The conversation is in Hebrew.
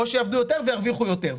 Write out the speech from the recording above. או שיעבדו יותר וירוויחו יותר.